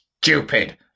stupid